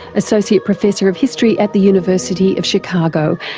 associate professor of history at the university of chicago,